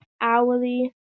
hourly